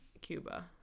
Cuba